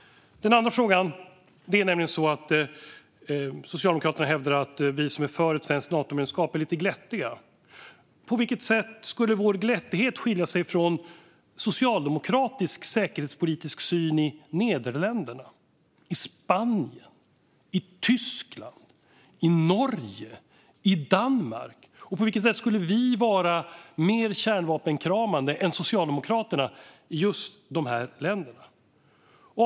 För det andra: Socialdemokraterna hävdar att vi som är för ett svenskt Natomedlemskap är lite glättiga. På vilket sätt skulle vår glättighet skilja sig från socialdemokratisk säkerhetspolitisk syn i Nederländerna, Spanien, Tyskland, Norge eller Danmark? På vilket sätt skulle vi vara mer kärnvapenkramande än socialdemokraterna i just de här länderna?